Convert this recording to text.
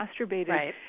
masturbated